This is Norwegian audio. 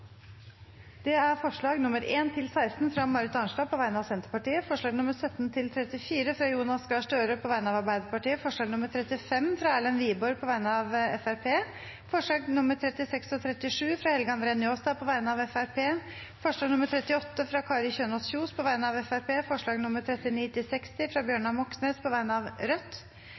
Det er forslagene nr. 1–16, fra Marit Arnstad på vegne av Senterpartiet forslagene nr. 17–34, fra Jonas Gahr Støre på vegne av Arbeiderpartiet forslag nr. 35, fra Erlend Wiborg på vegne av Fremskrittspartiet forslagene nr. 36 og 37, fra Helge André Njåstad på vegne av Fremskrittspartiet forslag nr. 38, fra Kari Kjønaas Kjos på vegne av Fremskrittspartiet forslagene nr. 39–60, fra Bjørnar Moxnes på vegne av Rødt